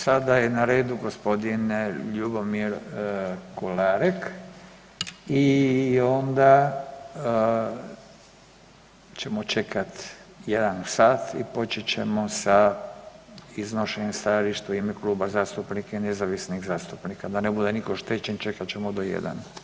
Sada je na redu g. Ljubomir Kolarek i onda ćemo čekat jedan sat i počet ćemo sa iznošenjem stajališta u ime Kluba zastupnika i nezavisnih zastupnika, da ne bude niko oštećen čekat ćemo do jedan.